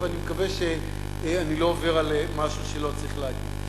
ואני מקווה שאני לא עובר על משהו ואומר משהו שלא צריך להגיד.